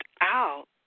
out